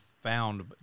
found